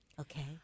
Okay